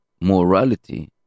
morality